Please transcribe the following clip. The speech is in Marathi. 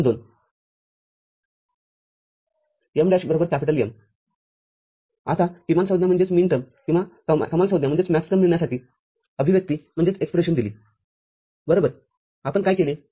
M२ mi' Mi आताकिमान संज्ञाकिंवा कमाल संज्ञामिळण्यासाठी अभिव्यक्ती दिली बरोबरआपण काय केले